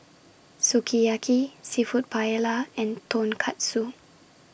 Sukiyaki Seafood Paella and Tonkatsu